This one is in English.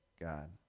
God